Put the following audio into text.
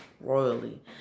Royally